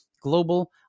global